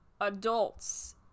adults